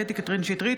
קטי קטרין שטרית,